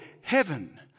heaven